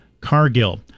Cargill